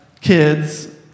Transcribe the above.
kids